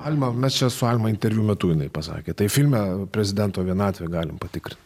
alma mes čia su alma interviu metu jinai pasakė taip filme prezidento vienatvę galim patikrint